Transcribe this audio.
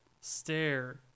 stare